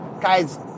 guys